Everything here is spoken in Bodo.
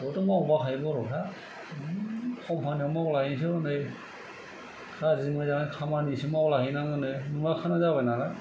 बेखौथ' मावनो बाखायो बर'फ्रा बिदिनो कम्पानिआव मावलाहैसै हनै गाज्रि मोजां खामनिसो मावला हैनाङोनो नुवा खोनाया जाबायनालाय